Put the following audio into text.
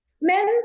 men